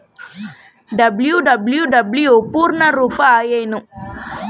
WWW ಪೂರ್ಣ ರೂಪ ಏನು?